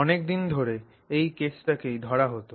অনেক দিন ধরে এই কেসটাকেই ধরা হোতো